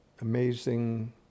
amazing